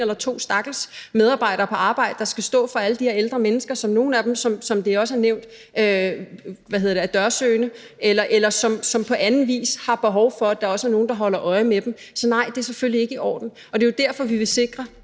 eller to stakkels medarbejdere på arbejde, der skal stå for alle de her ældre mennesker, hvoraf nogle af dem, som det også er nævnt, er dørsøgende, eller som på anden vis har behov for, at der også er nogle, der holder øje med dem. Så nej, det er selvfølgelig ikke i orden. Det er jo derfor, at vi vil sikre